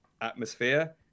atmosphere